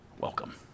Welcome